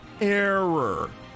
error